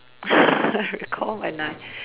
recall when I